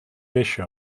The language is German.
wäsche